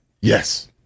Yes